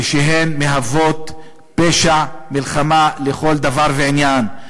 ושהן מהוות פשע מלחמה לכל דבר ועניין.